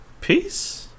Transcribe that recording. Peace